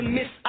Miss